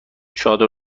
چادر